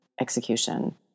execution